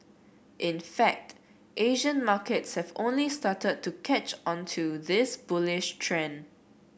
in fact Asian markets have only started to catch on to this bullish trend